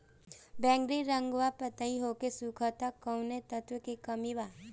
बैगरी रंगवा पतयी होके सुखता कौवने तत्व के कमी बा?